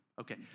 Okay